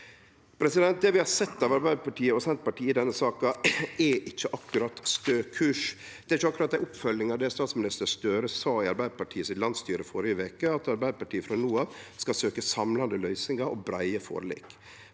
Det vi har sett av Arbeidarpartiet og Senterpartiet i denne saka, er ikkje akkurat stø kurs. Det er ikkje akkurat ei oppfølging av det statsminister Støre sa i Arbeidarpartiets landsstyre førre veke, at Arbeidarpartiet frå no av skal søkje samlande løysingar og breie forlik.